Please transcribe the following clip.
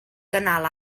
canal